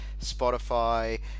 Spotify